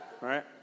Right